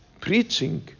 preaching